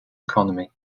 economy